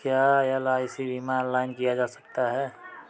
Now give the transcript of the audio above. क्या एल.आई.सी बीमा ऑनलाइन किया जा सकता है?